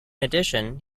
addition